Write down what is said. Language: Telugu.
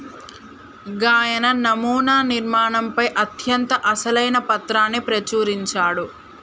గాయన నమునా నిర్మాణంపై అత్యంత అసలైన పత్రాన్ని ప్రచురించాడు